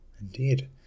indeed